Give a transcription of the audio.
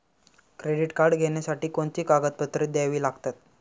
Credit card घेण्यासाठी कोणती कागदपत्रे घ्यावी लागतात?